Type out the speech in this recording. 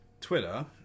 Twitter